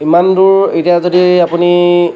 ইমান দূৰ এতিয়া যদি আপুনি